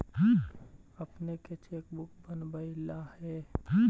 अपने के cheque book बनवइला हे